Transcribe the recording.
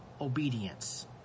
obedience